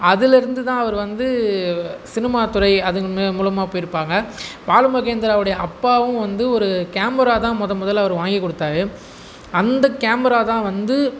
அதிலேருந்து அவர் வந்து சினிமாத்துறை அதன் மே மூலமாக போயிருப்பாங்க பாலுமகேந்திராவுடைய அப்பாவும் வந்து ஒரு கேமரா தான் மொதல் முதல்ல அவர் வாங்கிக் கொடுத்தாரு அந்த கேமரா தான் வந்து